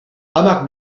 amak